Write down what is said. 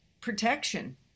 protection